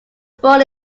born